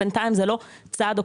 בינתיים זה לא צעד אופרטיבי.